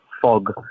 fog